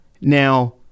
Now